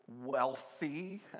wealthy